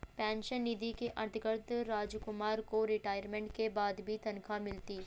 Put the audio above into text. pension निधि के अंतर्गत रामकुमार को रिटायरमेंट के बाद भी तनख्वाह मिलती